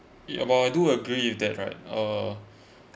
ya but I do agree with that right uh